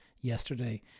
yesterday